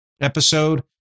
episode